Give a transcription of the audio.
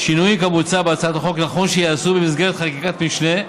שינויים כמוצע בהצעת החוק נכון שייעשו במסגרת חקיקת משנה,